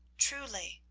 truly,